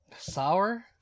Sour